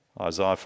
Isaiah